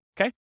Okay